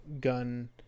gun